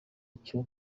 icyo